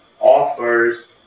offers